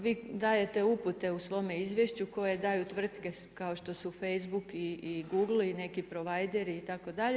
Vi dajete upute u svome izvješću koje daju tvrtke kao što su Facebook i Google i neki provajderi itd.